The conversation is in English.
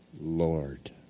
Lord